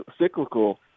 cyclical